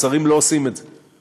שרים לא עושים את זה,